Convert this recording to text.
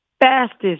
fastest